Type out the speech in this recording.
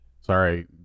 Sorry